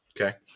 Okay